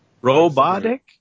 robotic